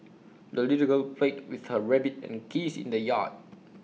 the little girl played with her rabbit and geese in the yard